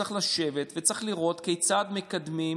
צריך לשבת וצריך לראות כיצד מקדמים